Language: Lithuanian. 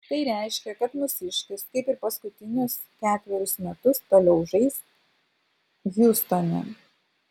tai reiškia kad mūsiškis kaip ir paskutinius ketverius metus toliau žais hjustone